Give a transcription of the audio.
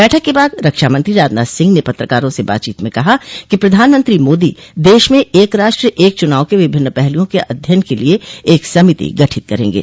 बैठक के बाद रक्षामंत्री राजनाथ सिंह ने पत्रकारों से बातचीत में कहा कि प्रधानमंत्री मोदी देश में एक राष्ट्र एक चुनाव के विभिन्न पहलुओं के अध्ययन के लिए एक समिति गठित करेंगे